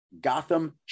gotham